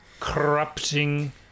Corrupting